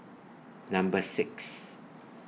Number six